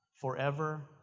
forever